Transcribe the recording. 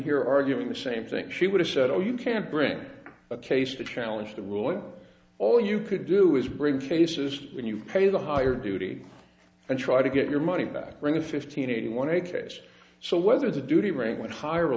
here arguing the same thing she would have said oh you can't bring a case to challenge the rule and all you could do is bring cases when you pay the higher duty and try to get your money back during a fifteen eighty one a case so whether the duty rank went higher or